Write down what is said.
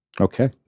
Okay